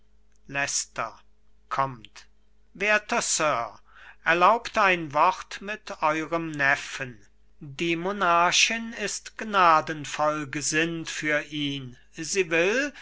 werter sir erlaubt ein wort mit eurem neffen die monarchin ist gnadenvoll gesinnt für ihn sie will